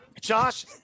Josh